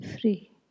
free